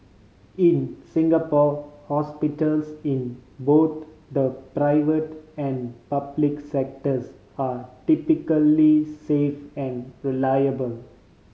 in Singapore hospitals in both the private and public sectors are typically safe and reliable